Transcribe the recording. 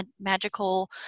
magical